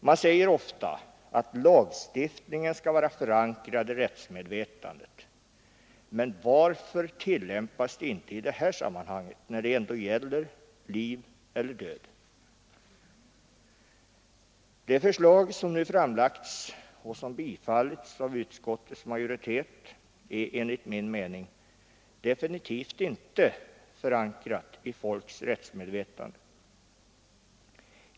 Man säger ofta att lagstiftningen skall vara förankrad i rättsmedvetandet, men varför tillämpas det inte i det här sammanhanget, när det ändå gäller liv eller död? Det förslag som nu framlagts och som bifallits av utskottets majoritet är enligt min mening definitivt inte förankrat i folks rättsmedvetande.